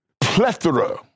plethora